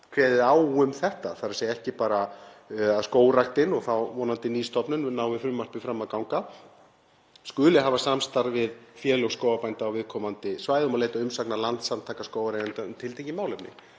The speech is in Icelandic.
kveðið á um þetta, þ.e. ekki bara að Skógræktin, og þá vonandi ný stofnun, nái frumvarpið fram að ganga, skuli hafa samstarf við félög skógarbænda á viðkomandi svæðum og leita umsagnar Landssamtaka skógareigenda um tiltekið málefni.